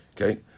Okay